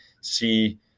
see